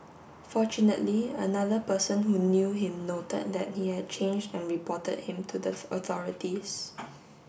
fortunately another person who knew him noted that he had changed and reported him to the authorities